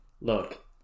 look